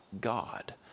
God